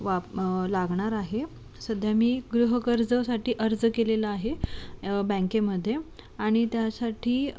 वाप लागणार आहे सध्या मी गृहकर्जासाठी अर्ज केलेलं आहे बँकेमध्ये आणि त्यासाठी